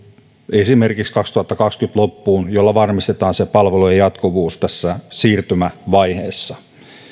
esimerkiksi kaksituhattakaksikymmentä loppuun millä varmistetaan palvelujen jatkuvuus tässä siirtymävaiheessa